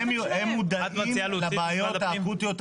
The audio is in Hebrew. הם מודעים לבעיות האקוטיות.